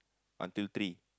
until three